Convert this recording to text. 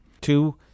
Two